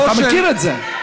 אתה מכיר את זה.